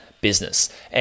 business